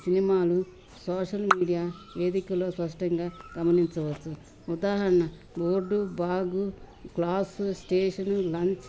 సినిమాలు social media వేదికలో స్పష్టంగా గమనించవచ్చు ఉదాహరణ board bag class station lunch